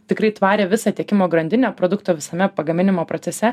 tikrai tvarią visą tiekimo grandinę produkto visame pagaminimo procese